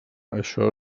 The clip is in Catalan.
això